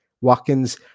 Watkins